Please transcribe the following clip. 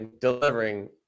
delivering